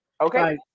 Okay